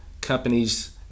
companies